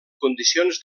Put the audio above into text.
condicions